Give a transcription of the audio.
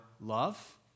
love